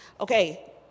Okay